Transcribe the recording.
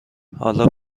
حالا